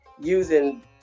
using